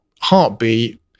heartbeat